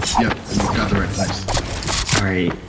yep, you got the right place sorry.